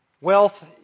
Wealth